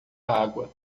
água